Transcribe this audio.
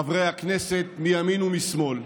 חברי הכנסת מימין ומשמאל,